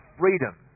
freedom